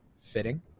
Fitting